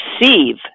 receive